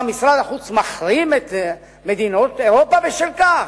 מה, משרד החוץ מחרים את מדינות אירופה בשל כך?